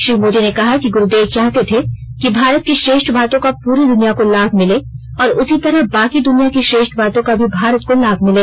श्री मोदी ने कहा कि गुरूदेव चाहते थे कि भारत की श्रेष्ठ बातों का पूरी दुनिया को लाभ मिले और उसी तरह बाकी दुनिया की श्रेष्ठ बातों का भी भारत को लाभ मिले